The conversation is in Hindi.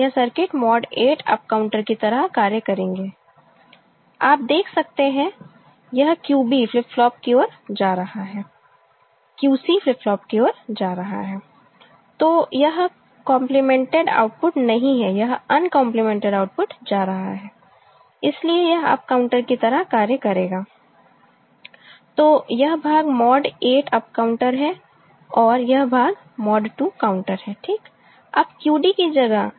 यह सर्किट मॉड 8 अप काउंटर की तरह कार्य करेंगे आप देख सकते हैं यह QB फ्लिप फ्लॉप की ओर जा रहा है QC फ्लिप फ्लॉप की ओर जा रहा है तो यह कंपलीमेंटेड आउटपुट नहीं है यह अनकंपलीमेंटेड आउटपुट जा रहा है इसलिए यह अप काउंटर की तरह कार्य करेगा ठीक है तो यह भाग मॉड 8 अप काउंटर है और यह भाग मॉड 2 काउंटर है ठीक अब QD की जगह